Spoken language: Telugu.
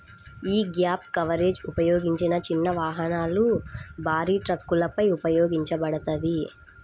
యీ గ్యాప్ కవరేజ్ ఉపయోగించిన చిన్న వాహనాలు, భారీ ట్రక్కులపై ఉపయోగించబడతది